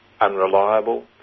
unreliable